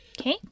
Okay